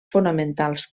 fonamentals